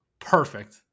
Perfect